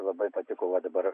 labai patiko va dabar